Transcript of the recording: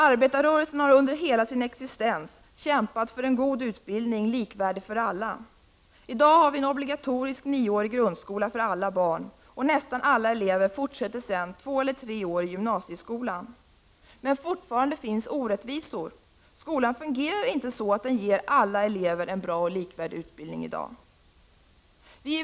Arbetarrörelsen har under hela sin existens kämpat för en god utbildning likvärdig för alla. I dag har vi en obligatorisk nioårig grundskola för alla barn, och nästan alla elever fortsätter sedan två eller tre år i gymnasieskolan. Men fortfarande finns orättvisor. Skolan fungerar inte så att den ger alla elever en bra och likvärdig utbildning.